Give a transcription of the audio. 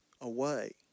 away